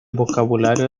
vocabulario